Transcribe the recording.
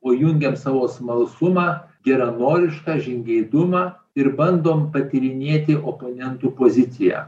o jungiam savo smalsumą geranorišką žingeidumą ir bandom patyrinėti oponentų poziciją